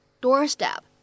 doorstep